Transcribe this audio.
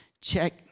Check